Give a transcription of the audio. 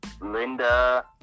Linda